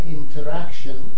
interaction